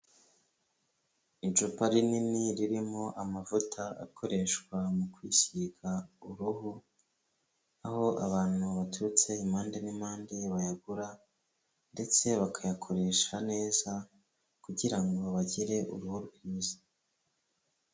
Icupa rinini ririmo amavuta akoreshwa mu kwisiga uruhu, aho abantu baturutse impande n'impande bayagura ndetse bakayakoresha neza kugira ngo bagire uruhu rwiza.